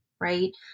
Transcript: right